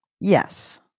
Yes